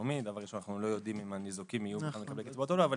לאומי ראשית אנו לא יודעים אם הניזוקים היו זכאים לקצבאות או לא אבל